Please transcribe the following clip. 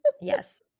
yes